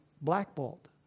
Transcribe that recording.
blackballed